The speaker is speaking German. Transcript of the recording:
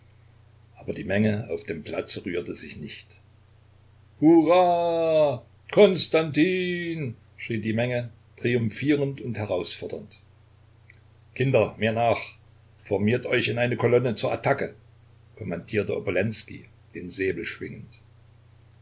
aber die menge auf dem platze rührte sich nicht hurra konstantin schrie die menge triumphierend und herausfordernd kinder mir nach formiert euch in eine kolonne zur attacke kommandierte obolenskij den säbel schwingend